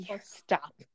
stop